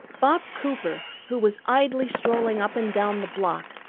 bob cooper, who was idly strolling up and down the block,